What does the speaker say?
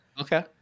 Okay